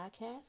podcast